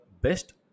best